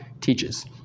teaches